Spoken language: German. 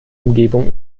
umgebung